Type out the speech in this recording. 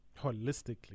Holistically